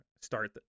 start